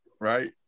right